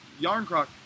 Yarncroc